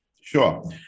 Sure